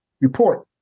Report